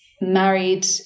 married